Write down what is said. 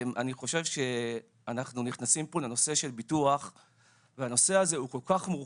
אני חושב שאנחנו נכנסים פה לנושא של ביטוח והנושא הזה מורכב